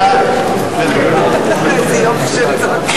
ההסתייגות של קבוצת סיעת מרצ